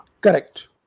Correct